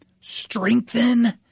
strengthen